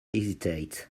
hesitate